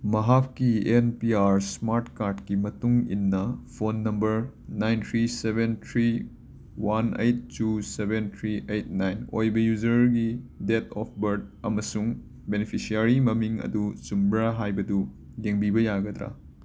ꯃꯍꯥꯛꯀꯤ N P R smart ꯀꯥꯔꯠꯀꯤ ꯃꯇꯨꯡꯏꯟꯅ phone number nine three seven three one eight two seven three eight nine ꯑꯣꯏꯕ ꯌꯨꯖꯔꯒꯤ date of birth ꯑꯃꯁꯨꯡ beneficiary ꯃꯃꯤꯡ ꯑꯗꯨ ꯆꯨꯝꯕꯔ ꯍꯥꯏꯕꯗꯨ ꯌꯦꯡꯕꯤꯕ ꯌꯥꯒꯗꯔ